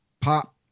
Pop